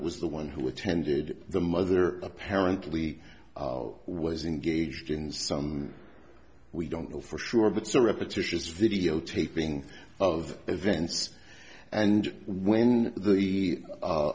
was the one who attended the mother apparently was engaged in some we don't know for sure but saw repetitious videotaping of events and when the